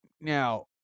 now